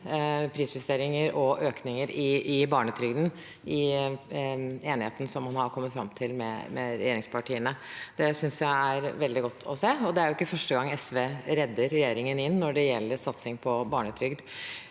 prisjusteringer og økninger i barnetrygden i enigheten man har kommet fram til med regjeringspartiene. Det synes jeg er veldig godt å se. Det er jo ikke første gang SV redder regjeringen når det gjelder satsing på barnetrygd.